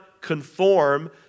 conform